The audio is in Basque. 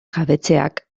jabetzeak